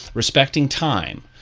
respecting time,